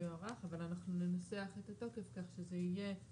אותן תקנות כבר לא בתוקף ולכן שינינו את ההגדרה כך שהיא מפנה